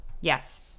Yes